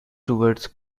towards